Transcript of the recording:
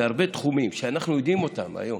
בהרבה תחומים שאנחנו יודעים אותם היום,